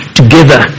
together